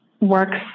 works